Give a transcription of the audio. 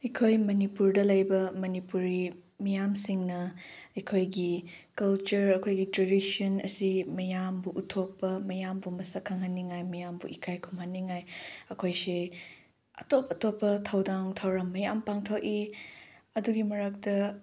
ꯑꯩꯈꯣꯏ ꯃꯅꯤꯄꯨꯔꯗ ꯂꯩꯕ ꯃꯅꯤꯄꯨꯔꯤ ꯃꯤꯌꯥꯝꯁꯤꯡꯅ ꯑꯩꯈꯣꯏꯒꯤ ꯀꯜꯆꯔ ꯑꯩꯈꯣꯏꯒꯤ ꯇ꯭ꯔꯦꯗꯤꯁꯟ ꯑꯁꯤ ꯃꯌꯥꯝꯕꯨ ꯎꯠꯊꯣꯛꯄ ꯃꯌꯥꯝꯕꯨ ꯃꯁꯛ ꯈꯪꯍꯟꯅꯤꯡꯉꯥꯏ ꯃꯤꯌꯥꯝꯕꯨ ꯏꯀꯥꯏ ꯈꯨꯝꯍꯟꯅꯤꯡꯉꯥꯏ ꯑꯩꯈꯣꯏꯁꯦ ꯑꯇꯣꯞ ꯑꯇꯣꯞꯄ ꯊꯧꯗꯥꯡ ꯊꯧꯔꯝ ꯃꯌꯥꯝ ꯄꯥꯡꯊꯣꯛꯏ ꯑꯗꯨꯒꯤ ꯃꯔꯛꯇ